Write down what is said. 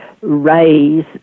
raise